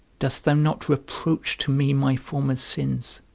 dost thou not reproach to me my former sins,